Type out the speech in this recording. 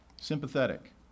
Sympathetic